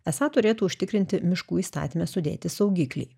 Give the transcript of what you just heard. esą turėtų užtikrinti miškų įstatyme sudėti saugikliai